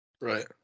Right